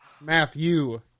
Matthew